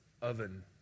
Oven